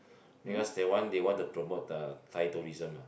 because they want they want to promote the Thai tourism lah